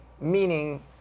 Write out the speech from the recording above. meaning